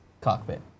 cockpit